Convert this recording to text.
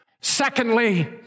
Secondly